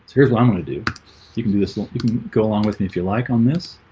here's what i'm gonna do you can do this long. you can go along with me if you like on this